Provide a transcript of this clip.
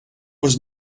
was